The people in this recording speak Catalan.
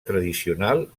tradicional